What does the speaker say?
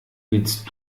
willst